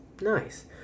Nice